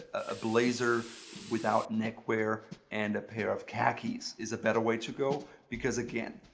a blazer without neckwear and a pair of khakis is a better way to go because again,